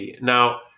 Now